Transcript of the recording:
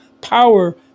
power